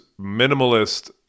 minimalist